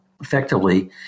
effectively